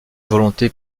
volonté